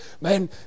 Man